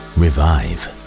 revive